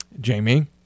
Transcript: Jamie